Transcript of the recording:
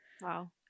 Wow